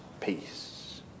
peace